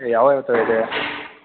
ಯಾವ ಯಾವ ಥರ ಇದೆ